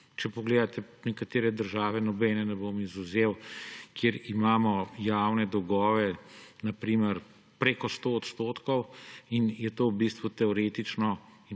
Če pogledate nekatere države, nobene ne bom izvzel, kjer imamo javne dolgove na primer preko 100 %, je to v bistvu teoretično